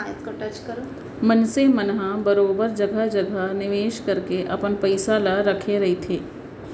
मनसे मन ह बरोबर जघा जघा निवेस करके अपन पइसा ल रखे रहिथे